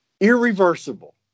Irreversible